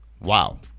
Wow